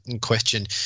question